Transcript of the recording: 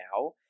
now